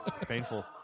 painful